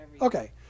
Okay